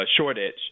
shortage